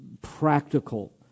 practical